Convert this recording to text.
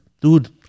dude